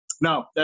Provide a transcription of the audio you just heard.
no